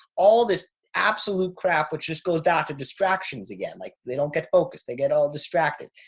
all this absolute crap, which just goes back to distractions again. like they don't get focused, they get all distracted.